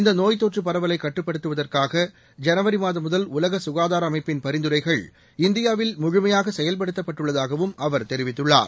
இந்த நோய் தொற்று பரவலை கட்டுப்படுத்துவதற்காக ஜனவரி மாதம் முதல் உலக ககாதார அமைப்பின் பரிந்துரைகள் இந்தியாவில் முழுமையாக செயல்படுத்தப்பட்டுள்ளதாகவும் அவர் தெரிவித்துள்ளார்